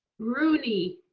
rooney.